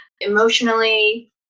Emotionally